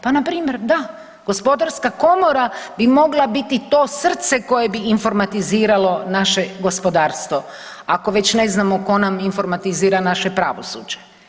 Pa npr. da, gospodarska komora bi mogla biti to srce koje bi informatiziralo naše gospodarstvo ako već ne znam tko nam informatizira naše pravosuđe.